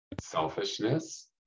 selfishness